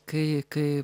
kai kai